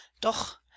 Doch